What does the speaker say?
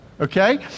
okay